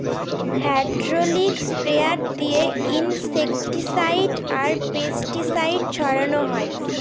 hydraulic sprayer দিয়ে insecticide আর pesticide ছড়ানো হয়